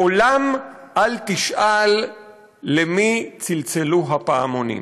לעולם אל תשאל למי צלצלו הפעמונים,